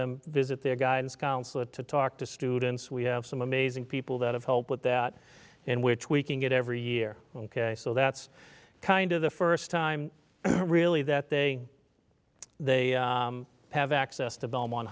them visit their guidance counselor to talk to students we have some amazing people that have helped with that and which we can get every year ok so that's kind of the first time really that they they have access to belmont